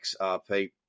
XRP